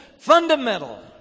fundamental